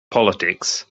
politics